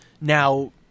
Now